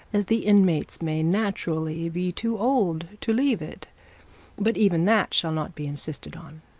as the inmates may naturally be too old to leave it but even that shall not be insisted on.